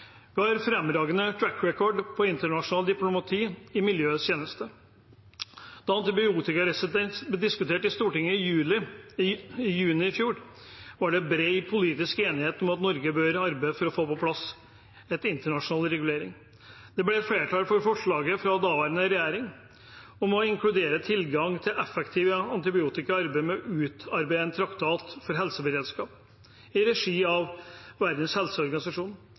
Vi har en fremragende «track record» på internasjonalt diplomati i miljøets tjeneste. Da antibiotikaresistens ble diskutert i Stortinget i juni i fjor, var det bred politisk enighet om at Norge bør arbeide for å få på plass en internasjonal regulering. Det ble et flertall for forslaget fra daværende regjering om å inkludere tilgang til effektiv antibiotika i arbeidet med å utarbeide en traktat for helseberedskap, i regi av Verdens helseorganisasjon.